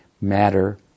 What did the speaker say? Matter